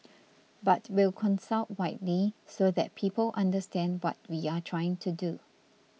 but we'll consult widely so that people understand what we're trying to do